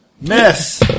Miss